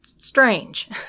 strange